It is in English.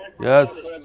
Yes